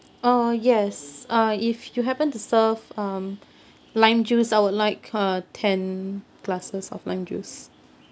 uh yes uh if you happen to serve um lime juice I would like uh ten glasses of lime juice